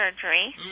surgery